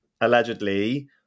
allegedly